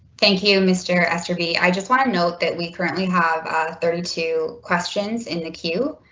thank you mr. aster be i just want to note that we currently have thirty two questions in the queue,